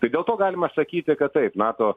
tai dėl to galima sakyti kad taip nato